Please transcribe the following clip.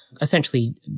essentially